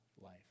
life